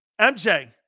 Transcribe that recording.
MJ